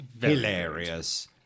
hilarious